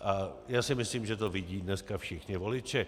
A já si myslím, že to vidí dneska všichni voliči.